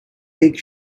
take